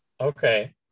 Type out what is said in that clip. Okay